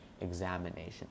examination